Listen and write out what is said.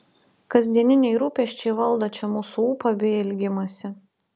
kasdieniniai rūpesčiai valdo čia mūsų ūpą bei elgimąsi